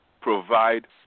provide